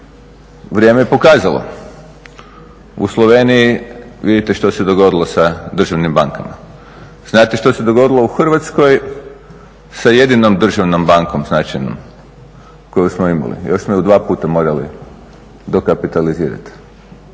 Vrijeme je pokazalo. U Sloveniji vidite što se dogodilo sa državnim bankama. Znate što se dogodilo u Hrvatskoj sa jedinom državnom bankom značajnom koju smo imali. Još smo je dva puta morali dokapitalizirati,